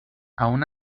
aun